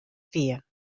fear